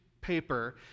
paper